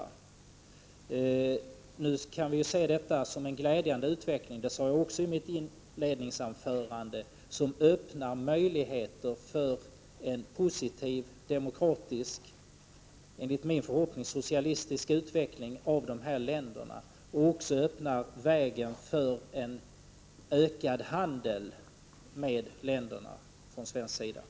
Det som händer nu kan vi se som en glädjande utveckling — det sade jag också i mitt inledningsanförande — som öppnar möjligheter för en positiv demokratisk, enligt min förhoppning, socialistisk utveckling av de här länderna. Jag hoppas också att detta öppnar vägen för en ökad handel mellan dessa länder och Sverige.